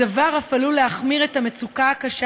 הדבר אף עלול להחמיר את המצוקה הקשה